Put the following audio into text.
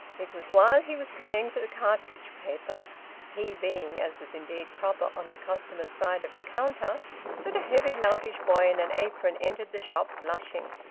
it was while he was paying for the cartridge-paper he being, as was indeed proper, on the customers' side of the counter that a heavy loutish boy in an apron entered the shop, blushing.